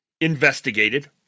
investigated